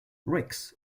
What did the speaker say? rix